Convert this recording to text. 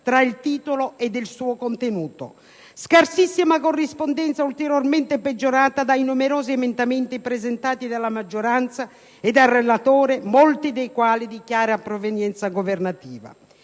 tra il titolo e il suo contenuto. La scarsissima corrispondenza è ulteriormente peggiorata dai numerosi emendamenti presentati dalla maggioranza e dal relatore, molti dei quali di chiara provenienza governativa.